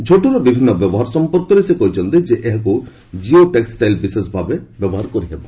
ଝୋଟର ବିଭିନ୍ନ ବ୍ୟବହାର ସମ୍ପର୍କରେ ସେ କହିଛନ୍ତି ଯେ ଏହାକୁ ଜିଓ ଟେକୁଟାଇଲ ବିଶେଷ ଭାବେ ବ୍ୟବହାର କରିହେବ